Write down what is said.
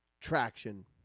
Traction